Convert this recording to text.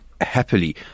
happily